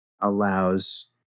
allows